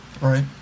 right